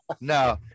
no